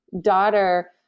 daughter